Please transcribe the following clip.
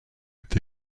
est